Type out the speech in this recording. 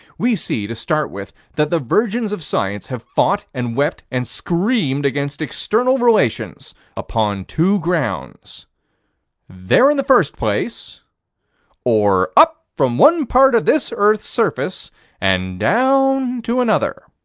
we see, to start with, that the virgins of science have fought and wept and screamed against external relations upon two grounds there in the first place or up from one part of this earth's surface and down to another.